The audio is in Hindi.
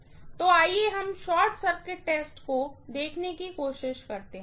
तो आइए हम शॉर्ट सर्किट टेस्ट को देखने की कोशिश करते हैं